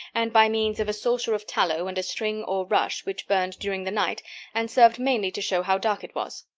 and by means of a saucer of tallow and a string or rush which burned during the night and served mainly to show how dark it was.